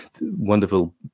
wonderful